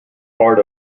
part